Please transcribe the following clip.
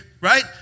right